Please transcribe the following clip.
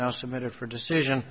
now submitted for decision